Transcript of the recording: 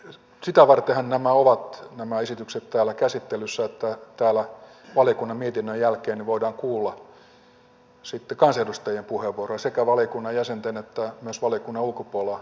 sitä vartenhan nämä esitykset ovat täällä käsittelyssä että täällä valiokunnan mietinnön jälkeen voidaan kuulla kansanedustajien puheenvuoroja sekä valiokunnan jäsenten että myös valiokunnan ulkopuolella olevien